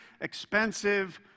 expensive